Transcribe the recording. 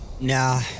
Nah